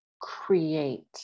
create